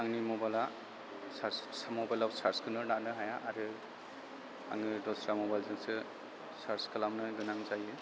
आंनि मबाइला चार्ज मबाइलाव चार्जखौनो नारनो हाया आरो आङो दस्रा मबाइलजोंसो चार्ज खालामनो गोनां जायो